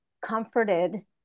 comforted